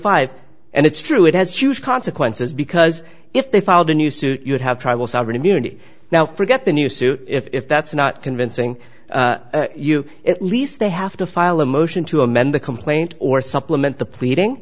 five and it's true it has huge consequences because if they filed a new suit you would have trouble sovereign immunity now forget the new suit if that's not convincing you at least they have to file a motion to amend the complaint or supplement the pleading